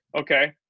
Okay